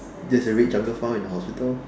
there's a red jungle found in the hospital